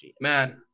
man